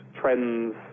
trends